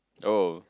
oh